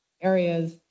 areas